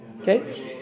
okay